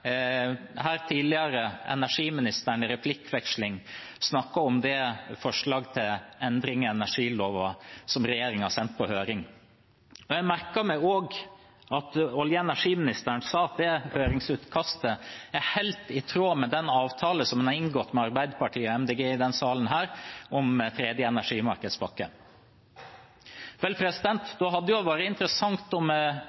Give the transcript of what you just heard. her tidligere i en replikkveksling snakke om det forslag til endring av energiloven som regjeringen har sendt på høring. Jeg merket meg også at olje- og energiministeren sa at det høringsutkastet er helt i tråd med den avtalen som en i denne salen har inngått med Arbeiderpartiet og